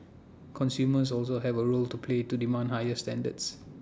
consumers also have A role to play to demand higher standards